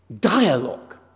dialogue